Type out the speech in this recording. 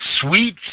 Sweet